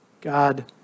God